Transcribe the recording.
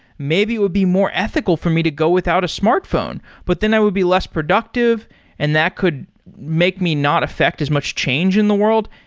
maybe it'd be more ethical for me to go without a smartphone, but then i will be less productive and that could make me not affect as much change in the world.